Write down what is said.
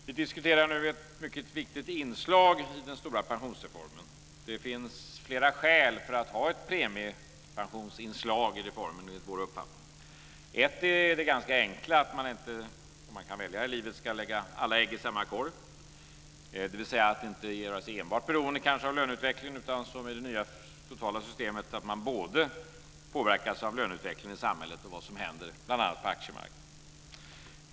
Fru talman! Vi diskuterar nu ett mycket viktigt inslag i den stora pensionsreformen. Det finns flera skäl för att ha ett premiepensionsinslag i reformen, enligt vår uppfattning. Ett skäl är ganska enkelt. Om man kan välja i livet ska man inte lägga alla ägg i samma korg, dvs. att vi inte ska göra oss beroende av enbart löneutvecklingen. I det nya totala systemet påverkas man både av löneutvecklingen i samhället och av det som händer bl.a. på aktiemarknaden.